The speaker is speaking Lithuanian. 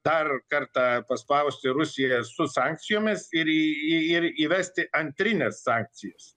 dar kartą paspausti rusiją su sankcijomis ir į ir įvesti antrines sankcijas